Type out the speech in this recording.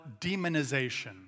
demonization